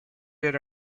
that